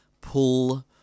pull